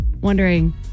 wondering